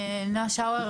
נועה שאואר,